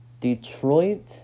Detroit